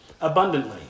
abundantly